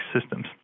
systems